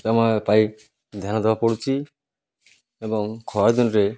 ଆମ ପାଇଁ ଧ୍ୟାନ ଦେବାକୁ ପଡ଼ୁଛି ଏବଂ ଖରାଦିନରେ